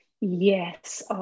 Yes